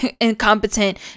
incompetent